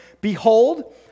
Behold